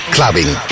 Clubbing